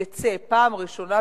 יצא פעם ראשונה,